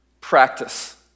practice